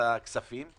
בוועדת הכספים.